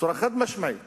בצורה חד-משמעית